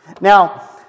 Now